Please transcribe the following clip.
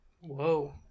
Whoa